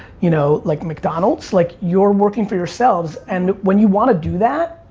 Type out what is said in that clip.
you know, like mcdonald's. like you're working for yourselves. and when you wanna do that,